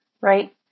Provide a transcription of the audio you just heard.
right